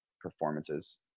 performances